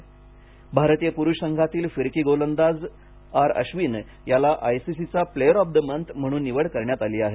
आश्विन भारतीय पुरुष संघातील फिरकी गोलंदाज आर आश्विन याची आय सी सी चा प्लेअर ऑफ द मन्थ म्हणून निवड करण्यात आली आहे